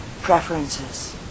preferences